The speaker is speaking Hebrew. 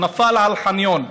הוא נפל על חניון.